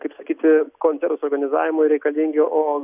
kaip sakyti koncertų suorganizavimui reikalingi o